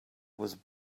was